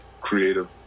creative